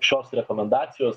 šios rekomendacijos